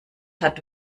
hat